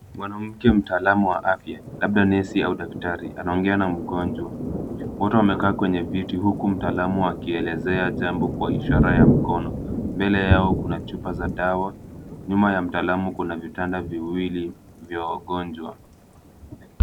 Mwanamke mtaalum wa afya labda nesa au daktari anaongea na mgonjwa. Wote wanakaa kwenye viti huku mtaalamu akielezea jambo kwa ishara ya mkono. Mbele yao kuna chupa za dawa, nyuma ya mtaalam kuna vitanda viwili vya wagonjwa.